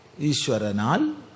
Ishwaranal